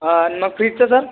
आणि मग फ्रीजचं सर